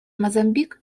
мозамбик